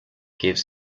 gives